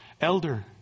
elder